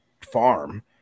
farm